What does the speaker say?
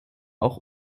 auch